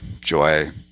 joy